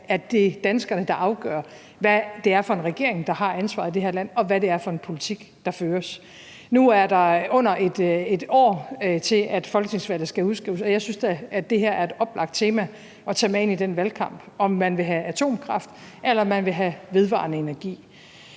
er det danskerne, der afgør, hvad det er for en regering, der har ansvaret i det her land, og hvad det er for en politik, der føres. Nu er der under et år til, at folketingsvalget skal udskrives, og jeg synes da, at det her er et oplagt tema at tage med ind i den valgkamp, altså om man vil have atomkraft, eller om man vil have vedvarende energi.